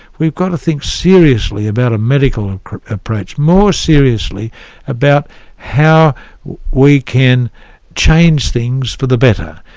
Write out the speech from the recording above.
we've got to think seriously about a medical and approach, more seriously about how we can change things for the better.